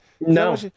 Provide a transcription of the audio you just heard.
No